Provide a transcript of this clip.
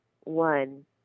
one